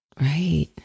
right